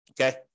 okay